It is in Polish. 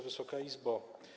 Wysoka Izbo!